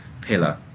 pillar